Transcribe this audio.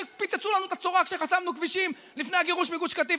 שפיצצו לנו את הצורה כשחסמנו כבישים לפני הגירוש מגוש קטיף,